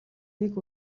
нэг